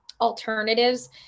alternatives